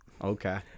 Okay